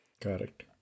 Correct